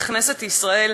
בכנסת ישראל,